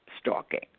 stalking